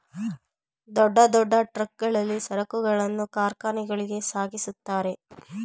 ದೊಡ್ಡ ದೊಡ್ಡ ಟ್ರಕ್ ಗಳಲ್ಲಿ ಸರಕುಗಳನ್ನು ಕಾರ್ಖಾನೆಗಳಿಗೆ ಸಾಗಿಸುತ್ತಾರೆ